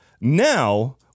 now